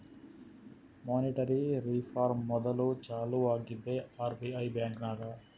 monetary reform module ಚಾಲೂ ಆಗಿದ್ದೆ RBI ಬ್ಯಾಂಕ್ನಾಗ್